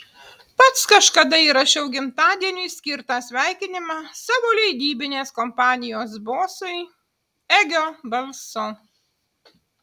pats kažkada įrašiau gimtadieniui skirtą sveikinimą savo leidybinės kompanijos bosui egio balsu